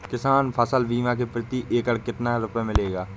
किसान फसल बीमा से प्रति एकड़ कितना रुपया मिलेगा?